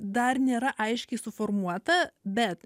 dar nėra aiškiai suformuota bet